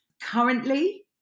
Currently